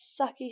sucky